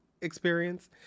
experience